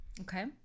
Okay